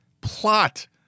plot